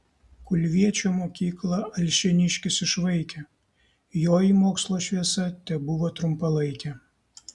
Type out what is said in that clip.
kulviečio mokyklą alšėniškis išvaikė joj mokslo šviesa tebuvo trumpalaikė